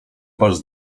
barszcz